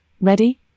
Ready